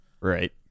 Right